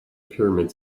pyramids